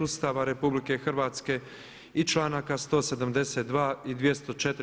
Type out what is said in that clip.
Ustava RH i članaka 172. i 204.